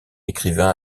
écrivain